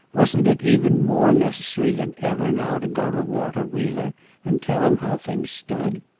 wasn't it even more necessary than ever now to go to walter wheeler and tell him how things stood?